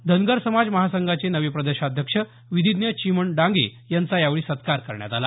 धनगर समाज महासंघाचे नवे प्रदेशाध्यक्ष विधिज्ञ चिमण डांगे यांचा यावेळी सत्कार करण्यात आला